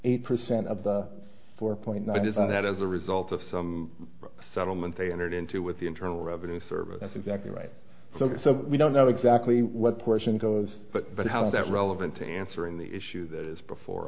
eight percent of the four point nine is on that as a result of some settlement they entered into with the internal revenue service that's exactly right so so we don't know exactly what portion goes but but how is that relevant to answering the issue that is before